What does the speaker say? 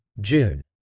June